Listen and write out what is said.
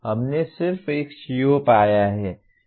हमने सिर्फ एक CO पाया है